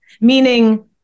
meaning